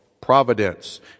providence